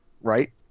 right